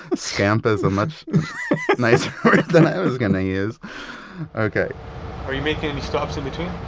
scamp is a much nicer word than i was going to use okay are you making any stops in between?